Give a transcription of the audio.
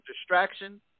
distraction